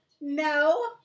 no